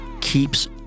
Keeps